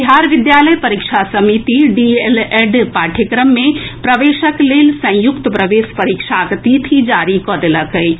बिहार विद्यालय परीक्षा समिति डीएलएड पाठ्यक्रम मे प्रवेशक लेल संयुक्त प्रवेश परीक्षाक तिथि जारी कऽ देलक अछि